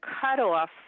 cutoff